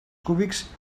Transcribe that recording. cúbics